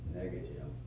negative